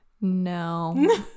No